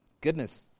Goodness